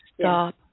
Stop